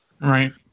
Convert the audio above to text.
Right